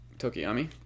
Tokiyami